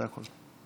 זה הכול.